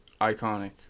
iconic